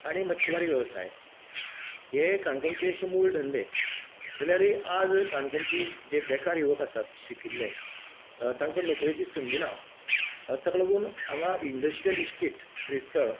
आनी मच्छमारी वेवसाय हे काणकोणचें अशें मूळ धंदे जाल्यारय आज काणकोणची जे बेकार युवक आसात शिकिल्ले तांकां नोकरेची संदी ना ताका लागून हांगा इंन्डस्ट्रियल इस्टेट श्रीस्थळ